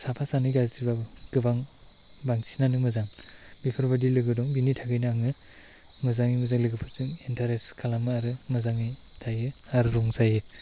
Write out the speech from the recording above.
साफा सानै गाज्रिबाबो गोबां बांसिनानो मोजां बेफोर बायदि लोगो दं बिनि थाखायनो आङो मोजाङै लोगोफोरजों इन्टारेस्ट खालामो आरो मोजाङै थायो आरो रंजायो